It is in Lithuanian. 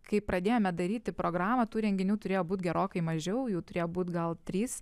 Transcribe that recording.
kai pradėjome daryti programą tų renginių turėjo būt gerokai mažiau jų turėjo būt gal trys